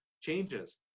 changes